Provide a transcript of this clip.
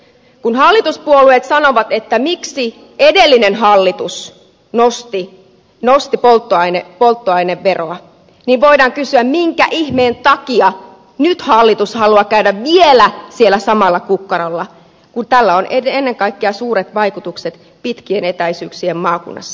kun hallituspuolueet sanovat miksi edellinen hallitus nosti polttoaineveroa niin voidaan kysyä minkä ihmeen takia nyt hallitus haluaa käydä vielä siellä samalla kukkarolla kun tällä on ennen kaikkea suuret vaikutukset pitkien etäisyyksien maakunnassa